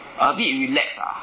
a bit relax ah